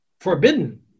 forbidden